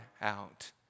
out